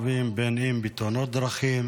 בתאונות דרכים